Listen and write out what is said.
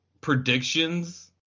predictions